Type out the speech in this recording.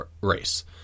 race